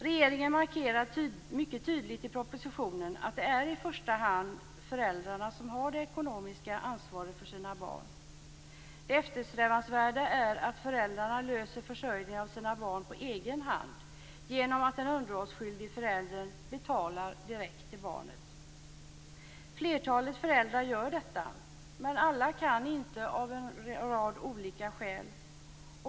Regeringen markerar mycket tydligt i propositionen att det i första hand är föräldrarna som har det ekonomiska ansvaret för sina barn. Det eftersträvansvärda är att föräldrarna löser försörjningen av sina barn på egen hand genom att den underhållsskyldige föräldern betalar direkt till barnet. Flertalet föräldrar gör detta, men alla kan inte av en rad olika skäl.